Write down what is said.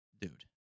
dude